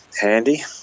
handy